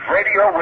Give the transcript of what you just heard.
Radio